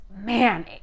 man